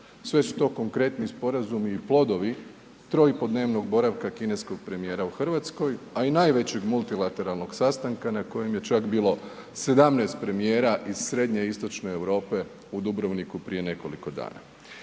Sve su to konkretni sporazumi i plodovi troipodnevnog boravka kineskog premijera u Hrvatskoj, a i najvećeg multilateralnog sastanka na kojem je čak bilo 17 premijera iz Srednje i Istočne Europe u Dubrovniku prije nekoliko dana.